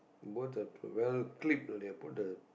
bought a well clip they put the